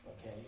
okay